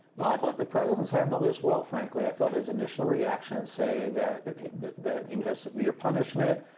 well, i thought the president handled this well, frankly. i thought his initial reaction saying that that he has severe punishment,